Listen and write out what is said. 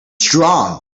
strong